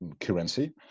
currency